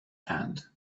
hand